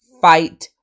Fight